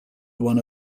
one